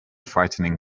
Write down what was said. frightening